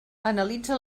analitza